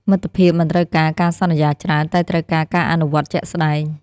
មិត្តភាពមិនត្រូវការការសន្យាច្រើន តែត្រូវការការអនុវត្តជាក់ស្ដែង។